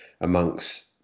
amongst